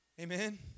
Amen